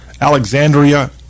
Alexandria